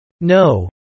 No